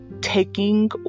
taking